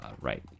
right